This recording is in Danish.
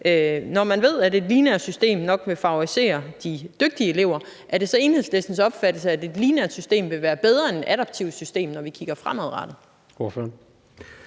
Når man ved, at et lineært system nok vil favorisere de dygtige elever, er det så Enhedslistens opfattelse, at et lineært system vil være bedre end et adaptivt system, når vi kigger fremadrettet?